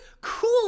cool